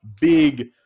big